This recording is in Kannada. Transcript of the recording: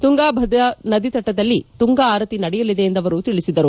ತುಂಗಭದ್ರಾ ನದಿ ತಟದಲ್ಲಿ ತುಂಗಾ ಅರತಿ ನಡೆಯಲಿದೆ ಎಂದು ಅವರು ತಿಳಿಸಿದರು